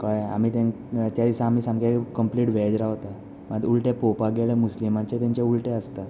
कळ्ळें आमी तांकां त्या दिसा आमी सामकें वेज रावता मात पोवपार गेल्या मुस्लिमांचें तांचे उल्टें आसता